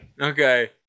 Okay